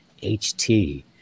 HT